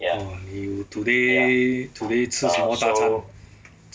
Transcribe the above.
orh you today today 吃什么大餐